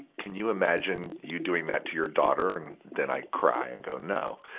can you imagine you doing that to your daughter? and then i cry and go, no,